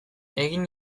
egin